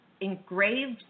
engraved